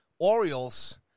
Orioles